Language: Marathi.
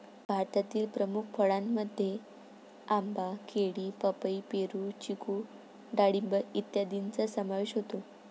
भारतातील प्रमुख फळांमध्ये आंबा, केळी, पपई, पेरू, चिकू डाळिंब इत्यादींचा समावेश होतो